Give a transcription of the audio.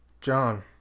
John